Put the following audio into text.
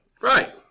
Right